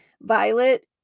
Violet